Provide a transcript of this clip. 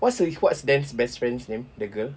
what's sele~ what's dan's best friend's name the girl